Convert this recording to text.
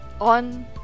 on